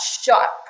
sharp